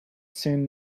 soon